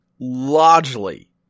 largely